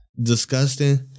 disgusting